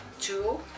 Two